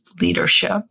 leadership